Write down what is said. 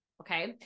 okay